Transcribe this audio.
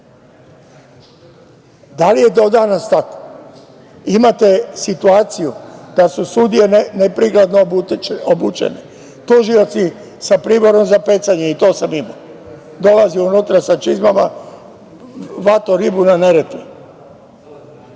Da li je to danas tako? Imate situaciju kad su sudije neprikladno obučene, tužioci sa priborom za pecanje, i to sam imao, dolaze unutra sa čizmama, hvatao ribu na Neretvi.